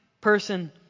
person